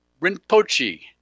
Rinpoche